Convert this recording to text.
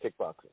kickboxing